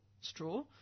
straw